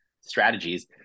strategies